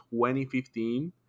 2015